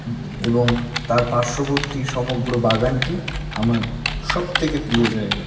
এবং তার পার্শবর্তী সমগ্র বাগানটি আমার সবথেকে প্রিয় জায়গা